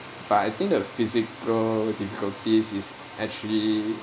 but I think the physical difficulties is actually